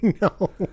No